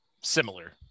similar